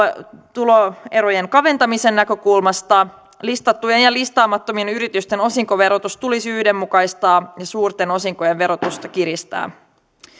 tuloerojen kaventamisen näkökulmasta listattujen ja listaamattomien yritysten osinkoverotus tulisi yhdenmukaistaa ja suurten osinkojen verotusta kiristää